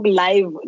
live